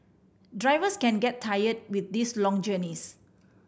drivers can get tired with these long journeys